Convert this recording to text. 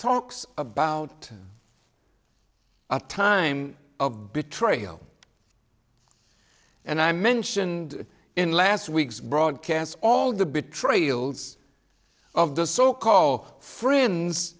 talks about a time of betrayal and i mentioned in last week's broadcast all the betrayals of the so called friends